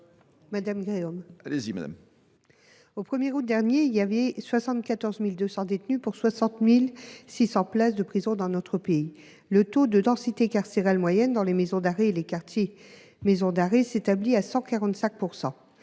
Mme Michelle Gréaume. Au 1 août dernier, on comptait 74 200 détenus pour 60 600 places de prison dans notre pays. La densité carcérale moyenne dans les maisons d’arrêt et les quartiers maison d’arrêt s’établit à 145 %.